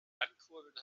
ankurbeln